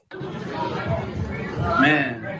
man